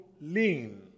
lean